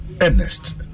Ernest